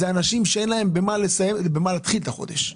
אלה אנשים שאין להם במה להתחיל את החודש.